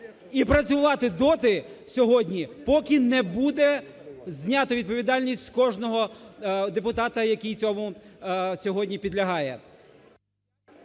і працювати доти сьогодні, поки не буде знято відповідальність з кожного депутата, який цьому сьогодні підлягає.